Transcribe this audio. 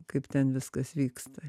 kaip ten viskas vyksta